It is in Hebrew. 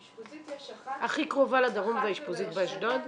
אשפוזית יש אחת- - הכי קרובה לדרום זה האשפוזית באשדוד?